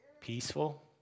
Peaceful